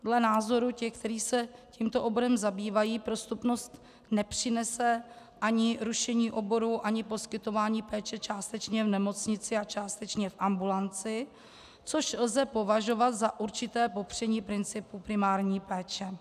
Dle názoru těch, kteří se tímto oborem zabývají, prostupnost nepřinese ani rušení oborů ani poskytování péče částečně v nemocnici a částečně v ambulanci, což lze považovat za určité popření principu primární péče.